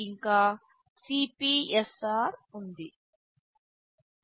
ఇంకా సిపిఎస్ఆర్ ఉంది